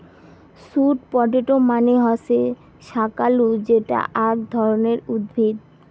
sweet potato মানে হসে শাকালু যেটা আক ধরণের উদ্ভিদ